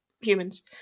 humans